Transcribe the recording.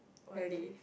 really